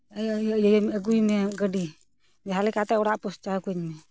ᱤᱭᱟᱹ ᱤᱭᱟᱹ ᱟᱹᱜᱩᱭ ᱢᱮ ᱜᱟᱹᱰᱤ ᱡᱟᱦᱟᱸᱞᱮᱠᱟᱛᱮ ᱚᱲᱟᱜ ᱯᱳᱶᱪᱷᱟᱣ ᱠᱟᱹᱧ ᱢᱮ